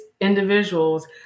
individuals